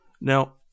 Now